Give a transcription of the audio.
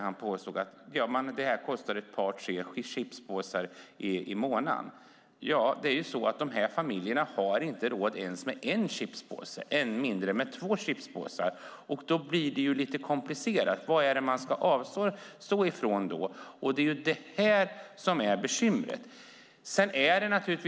Han påstod att det kostar ett par chipspåsar i månaden. De här familjerna har inte ens råd med en chipspåse, ännu mindre med två chipspåsar. Då blir det lite komplicerat. Vad ska man avstå från? Det är bekymret.